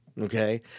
Okay